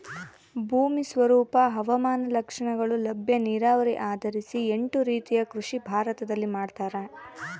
ಭೂಮಿ ಸ್ವರೂಪ ಹವಾಮಾನ ಲಕ್ಷಣಗಳು ಲಭ್ಯ ನೀರಾವರಿ ಆಧರಿಸಿ ಎಂಟು ರೀತಿಯ ಕೃಷಿ ಭಾರತದಲ್ಲಿ ಮಾಡ್ತಾರ